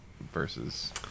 versus